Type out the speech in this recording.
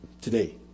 today